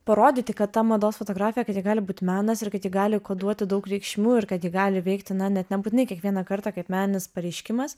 parodyti kad ta mados fotografija kad ji gali būt menas ir kad ji gali koduoti daug reikšmių ir kad ji gali veikti na net nebūtinai kiekvieną kartą kaip meninis pareiškimas